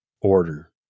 order